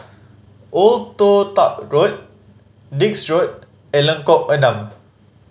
Old Toh Tuck Road Dix Road and Lengkok Enam